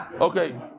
Okay